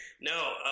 No